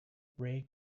ray